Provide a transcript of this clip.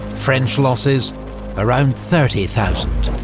french losses around thirty thousand,